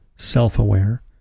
self-aware